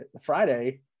friday